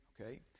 okay